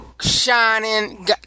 shining